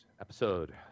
episode